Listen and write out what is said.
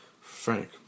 Frank